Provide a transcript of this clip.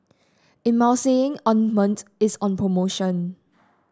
Emulsying Ointment is on promotion